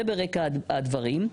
זה ברגע הדברים.